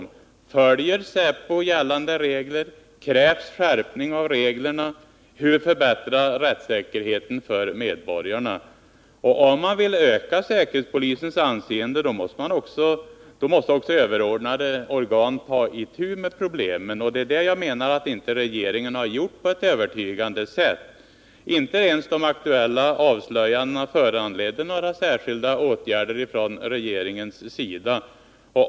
Följer säpo gällande regler? Krävs det en skärpning av reglerna? Hur kan man förbättra rättssäkerheten för medborgarna? Om man vill öka säkerhetspolisens anseende måste också överordnade organ ta itu med problemen. Det är detta som jag menar att regeringen inte har gjort på ett övertygande sätt. Inte ens de aktuella avslöjandena föranledde några särskilda åtgärder från regeringens sida.